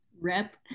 Rep